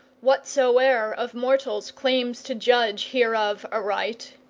whatsoe'er of mortals claims to judge hereof aright.